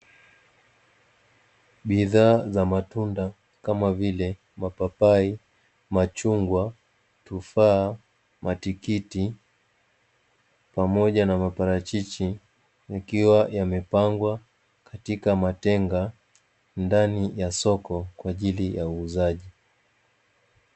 Bidhaa za matunda kama vile: mapapai, machungwa, tufaa, matikiti, pamoja na maparachichi; yakiwa yamepangwa katika matenga, ndani ya soko kwa ajili ya uuzaji.